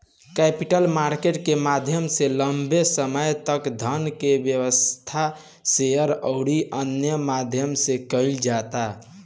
capital market के माध्यम से लंबे समय तक धन के व्यवस्था, शेयर अउरी अन्य माध्यम से कईल जाता